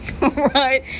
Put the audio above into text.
right